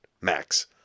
max